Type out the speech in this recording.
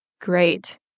great